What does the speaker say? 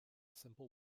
simple